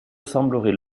semblerait